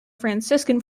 franciscan